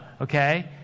Okay